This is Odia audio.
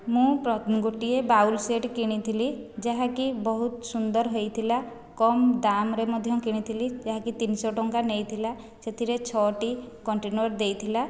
ମୁଁ ଗୋଟିଏ ବାଉଲ୍ ସେଟ୍ କିଣିଥିଲି ଯାହାକି ବହୁତ ସୁନ୍ଦର ହୋଇଥିଲା କମ୍ ଦାମ୍ ରେ ମଧ୍ୟ କିଣିଥିଲି ଯାହାକି ତିନିଶହ ଟଙ୍କା ନେଇଥିଲା ସେଥିରେ ଛଅ ଟି କଣ୍ଟେନର ଦେଇଥିଲା